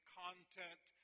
content